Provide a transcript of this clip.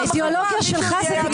האידיאולוגיה שלך היא...